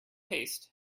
haste